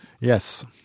Yes